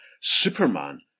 Superman